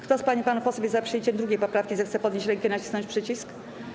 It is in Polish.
Kto z pań i panów posłów jest za przyjęciem 2. poprawki, zechce podnieść rękę i nacisnąć przycisk.